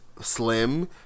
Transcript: slim